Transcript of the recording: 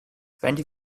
twenty